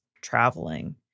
traveling